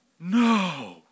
No